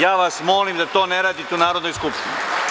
Ja vas molim da to ne radite u Narodnoj skupštini.